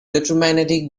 electromagnetic